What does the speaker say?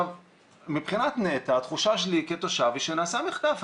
מבחינת נת"ע, התחושה שלי כתושב היא שנעשה מחטף.